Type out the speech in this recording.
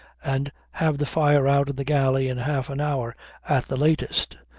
and have the fire out in the galley in half an hour at the latest,